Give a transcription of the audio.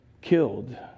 killed